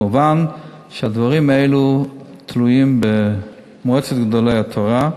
מובן שהדברים האלה תלויים במועצת גדולי התורה,